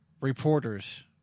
Reporters